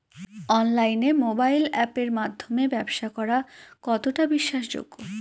অনলাইনে মোবাইল আপের মাধ্যমে ব্যাবসা করা কতটা বিশ্বাসযোগ্য?